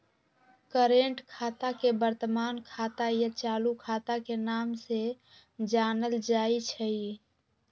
current खाता के वर्तमान खाता या चालू खाता के नाम से जानल जाई छई